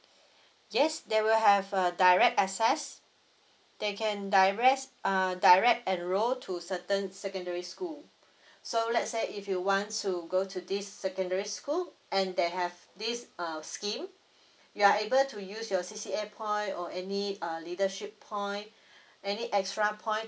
yes there will have a direct access they can direst err direct enroll to certain secondary school so let's say if you want to go to this secondary school and they have this uh scheme you are able to use your C C A point or any uh leadership point any extra point